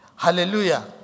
Hallelujah